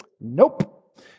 Nope